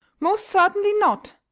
most certainly not!